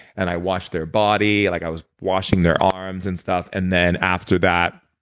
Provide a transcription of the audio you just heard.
and i washed their body like i was washing their arms and stuff and then, after that,